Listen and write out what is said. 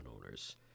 owners